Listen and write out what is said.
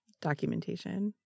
documentation